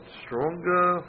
stronger